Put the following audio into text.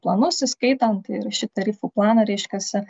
planus įskaitant ir ši tarifų planą reiškiasi